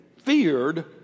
feared